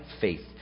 faith